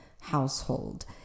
household